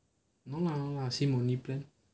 no lah sim only plan